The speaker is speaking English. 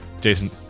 jason